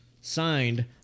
Signed